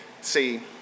see